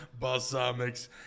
balsamics